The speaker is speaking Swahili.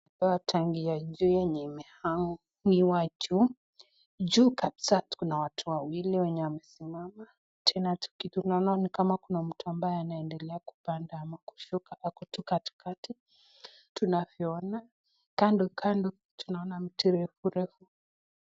Tumepewa tangi ya juu yenye imehangiwa juu, juu kabisa kuna watu wawili wenye wamesimama tena tunaona ni kama kuna mtu ambaye anaendelea kupanda ama kushuka ako tu katikati tunavyoona, kando kando tunaona mti refu.